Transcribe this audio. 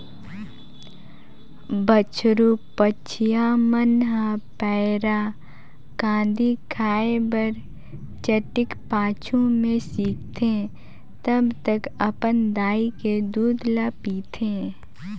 बछरु बछिया मन ह पैरा, कांदी खाए बर चटिक पाछू में सीखथे तब तक अपन दाई के दूद ल पीथे